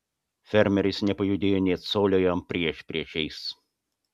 fermeris nepajudėjo nė colio jam priešpriešiais